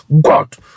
God